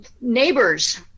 neighbors